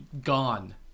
gone